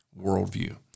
worldview